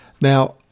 Now